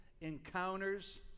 encounters